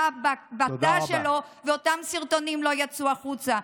בתא שלו ואותם סרטונים לא יצאו החוצה.